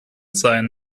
sein